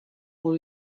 pour